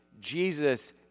Jesus